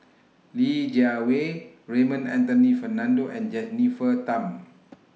Li Jiawei Raymond Anthony Fernando and Jennifer Tham